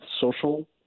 social